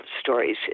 stories